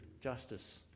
justice